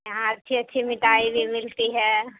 یہاں اچھی اچھی مٹائی بھی ملتی ہے